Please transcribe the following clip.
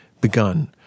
begun